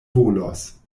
volos